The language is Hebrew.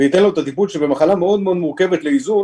וייתן לו את הטיפול שבמחלה מאוד מורכבת --- זו